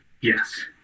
Yes